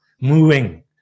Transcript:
moving